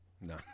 No